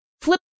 flip